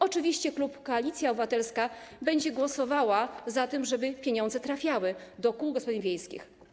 Oczywiście klub Koalicja Obywatelska będzie głosował za tym, żeby pieniądze trafiały do kół gospodyń wiejskich.